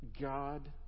God